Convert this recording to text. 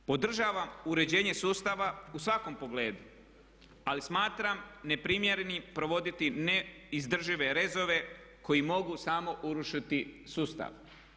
Podržavam uređenje sustava u svakom pogledu, ali smatram neprimjerenim provoditi neizdržive rezove koji mogu samo urušiti sustav.